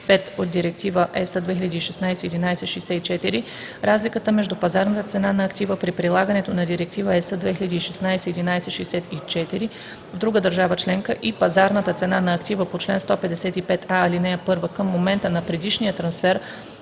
от Директива (ЕС) 2016/1164, разликата между пазарната цена на актива при прилагането на Директива (ЕС) 2016/1164 в другата държава членка и пазарната цена на актива по чл. 155а, ал. 1 към момента на предишния трансфер